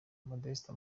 modeste